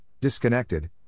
disconnected